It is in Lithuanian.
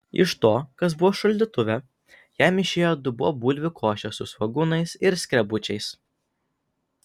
iš to kas buvo šaldytuve jam išėjo dubuo bulvių košės su svogūnais ir skrebučiais